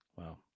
Wow